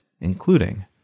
including